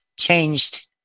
changed